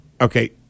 okay